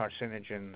carcinogens